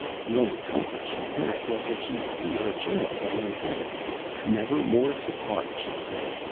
the only comfort she had was that she'd see her child again, in heaven never more to part she said,